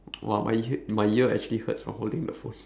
!wow! my hea~ my ear actually hurts from holding the phone